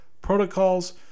protocols